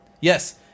Yes